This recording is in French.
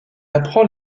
apprend